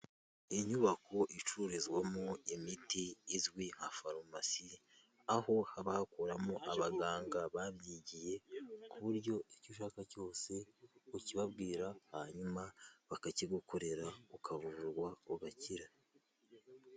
Inyubako icururizwamo imiti izwi nka farumasi, aho haba hakuramo abaganga babyigiye ku buryo icyo ushaka cyose ukibabwira, hanyuma bakakigukorera, ukavuvurwa ugakira.